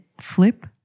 flip